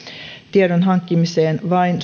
tiedon hankkimiseen vain